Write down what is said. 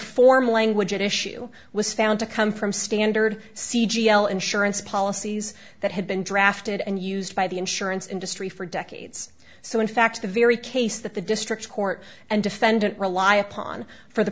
formal language at issue was found to come from standard c g l insurance policies that have been drafted and used by the insurance industry for decades so in fact the very case that the district court and defendant rely upon for the